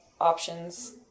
options